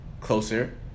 closer